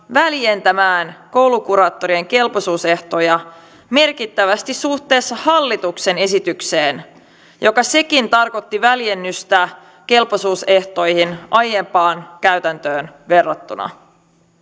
väljentämään koulukuraattorien kelpoisuusehtoja merkittävästi suhteessa hallituksen esitykseen joka sekin tarkoitti väljennystä kelpoisuusehtoihin aiempaan käytäntöön verrattuna